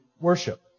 worship